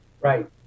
Right